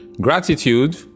Gratitude